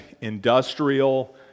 industrial